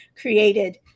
created